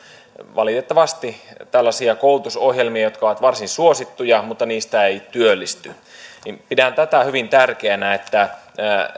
valitettavasti tällaisia koulutusohjelmia jotka ovat varsin suosittuja mutta joista ei työllisty niin pidän hyvin tärkeänä että